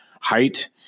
height